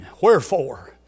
Wherefore